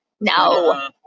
No